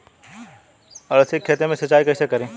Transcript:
अलसी के खेती मे सिचाई कइसे करी?